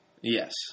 Yes